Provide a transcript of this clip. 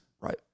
Right